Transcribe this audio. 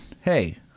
Hey